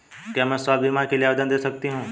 क्या मैं स्वास्थ्य बीमा के लिए आवेदन दे सकती हूँ?